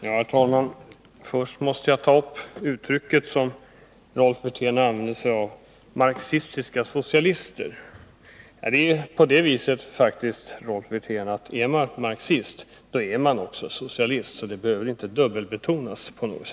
Herr talman! Först måste jag ta upp uttrycket marxistiska socialister, som Rolf Wirtén använde sig av. Är man marxist, Rolf Wirtén, då är man också socialist, så det behöver inte betonas dubbelt.